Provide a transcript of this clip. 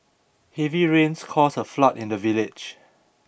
heavy rains caused a flood in the village